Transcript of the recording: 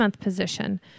position